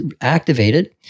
activated